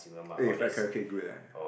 eh fried carrot cake good eh